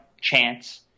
chance